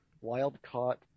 wild-caught